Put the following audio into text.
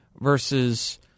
versus